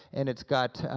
and it's got,